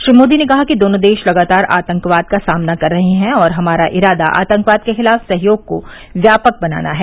श्री मोदी ने कहा कि दोनों देश लगातार आतंकवाद का सामना कर रहे हैं और हमारा इरादा आतंकवाद के खिलाफ सहयोग को व्यापक बनाना है